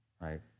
right